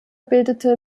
bildete